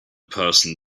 person